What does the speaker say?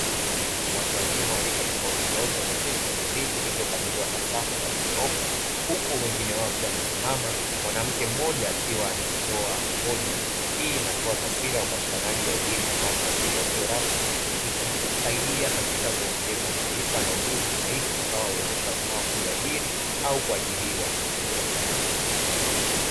Watu wazima wa rika tofautitofauti wameketi kwenye viti vilivyopangiliwa kwa safu za kunyooka huku wengine wao wakiwa wamesimama, mwanamke mmoja akiwa anatoa hoja. Hii inatoa taswira ya upatikanaji wa elimu ya watu wazima isiyo rasmi ikisaidia katika kuongeza maarifa na ujuzi stahiki utaowawezesha watu hawa kujiajiri au kuajiriwa.